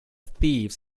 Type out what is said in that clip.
thieves